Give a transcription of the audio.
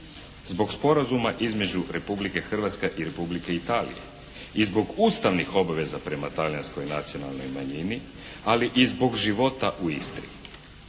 zbog sporazuma između Republike Hrvatske i Republike Italije i zbog ustavnih obveza prema Talijanskoj nacionalnoj manjini ali i zbog života u Istri.